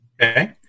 Okay